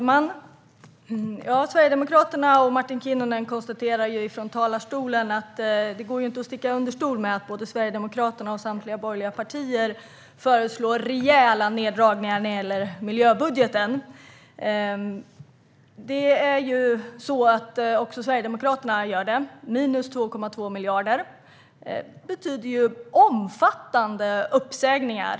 Herr talman! Det går inte att sticka under stol med att både Sverigedemokraterna och samtliga borgerliga partier föreslår rejäla neddragningar i miljöbudgeten. Sverigedemokraterna föreslår en neddragning med minus 2,2 miljarder. Det betyder omfattande uppsägningar.